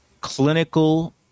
clinical